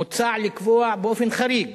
מוצע לקבוע חריג